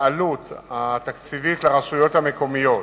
לעלות התקציבית לרשויות המקומיות.